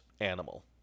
animal